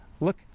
Look